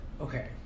Okay